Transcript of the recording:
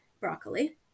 broccoli